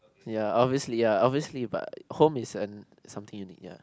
ya obviously uh obviously but home is an something unique ya